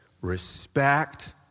respect